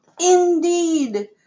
Indeed